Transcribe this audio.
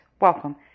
welcome